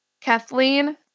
Kathleen